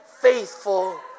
faithful